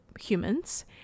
humans